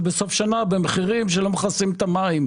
בסוף השנה במחירים שלא מכסים את המים,